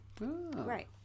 Right